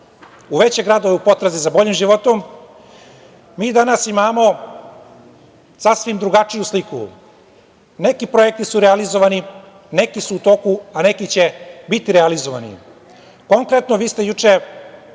u veće gradove u potrazi za boljim životom, mi danas imamo sasvim drugačiju sliku. Neki projekti su realizovani, neki su u toku, a neki će biti realizovani. Konkretno, vi ste juče,